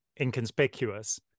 inconspicuous